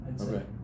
Okay